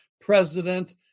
president